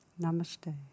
Namaste